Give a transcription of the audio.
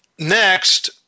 Next